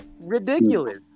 ridiculous